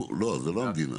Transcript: לא זה לא המדינה.